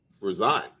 resign